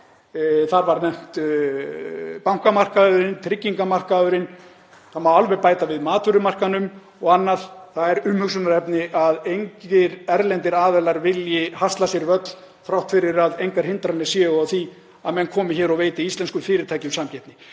var nefndur og tryggingamarkaðurinn og það má alveg bæta við matvörumarkaðnum og öðru. Það er umhugsunarefni að engir erlendir aðilar vilji hasla sér völl þrátt fyrir að engar hindranir séu á því að menn komi hér og veiti íslenskum fyrirtækjum samkeppni.